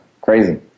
crazy